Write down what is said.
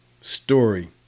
story